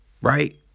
right